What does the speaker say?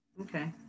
Okay